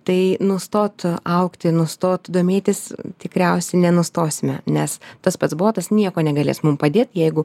tai nustot augti nustot domėtis tikriausiai nenustosime nes tas pats botas niekuo negalės mum padėt jeigu